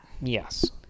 Yes